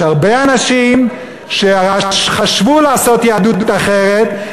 יש הרבה אנשים שחשבו לעשות יהדות אחרת,